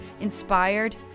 inspired